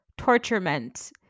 torturement